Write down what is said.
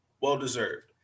Well-deserved